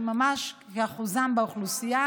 ממש כאחוזם באוכלוסייה.